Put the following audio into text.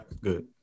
good